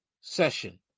session